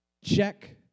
Check